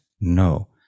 no